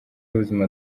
w’ubuzima